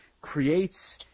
creates